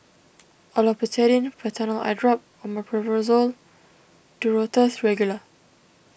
Olopatadine Patanol Eyedrop Omeprazole and Duro Tuss Regular